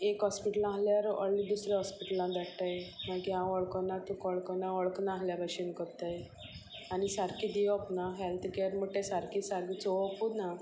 एक हॉस्पिटलां आल्यार व्हडले दुसऱ्या हॉस्पिटलान धाडटाय मागीर हांव वळख ना तुकाक वळखोना वळखना आल्या भशेन कोत्ताय आनी सारकी दिवप ना हॅल्थ कॅर म्हुण तें सारकी सारकी चोवपू ना